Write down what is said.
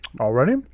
Already